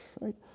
right